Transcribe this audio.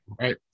right